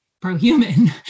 pro-human